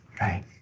Right